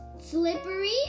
slippery